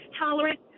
tolerant